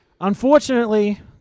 unfortunately